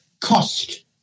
cost